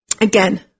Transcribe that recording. again